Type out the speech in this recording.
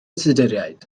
tuduriaid